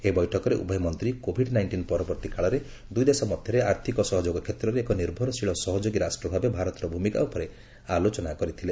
ଏହି ବୈଠକରେ ଉଭୟ ମନ୍ତ୍ରୀ କୋଭିଡ୍ ନାଇଷ୍ଟିନ୍ ପରବର୍ତ୍ତୀ କାଳରେ ଦୁଇ ଦେଶ ମଧ୍ୟରେ ଆର୍ଥ୍ୟକ ସହଯୋଗ କ୍ଷେତ୍ରରେ ଏକ ନିର୍ଭରଶୀଳ ସହଯୋଗୀ ରାଷ୍ଟ୍ର ଭାବେ ଭାରତର ଭୂମିକା ଉପରେ ଆଲୋଚନା କରିଥିଲେ